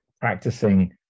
practicing